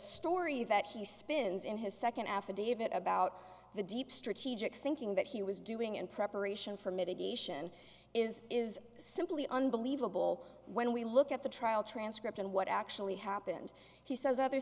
story that he spins in his second affidavit about the deep strategic thinking that he was doing in preparation for mitigation is is simply unbelievable when we look at the trial transcript and what actually happened he says other